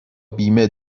بیمه